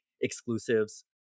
exclusives